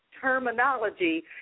Terminology